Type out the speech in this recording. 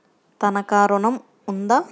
తనఖా ఋణం ఉందా?